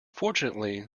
fortunately